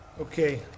Okay